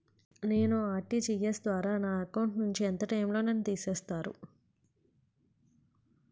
నేను ఆ.ర్టి.జి.ఎస్ ద్వారా నా అకౌంట్ నుంచి ఎంత టైం లో నన్ను తిసేస్తారు?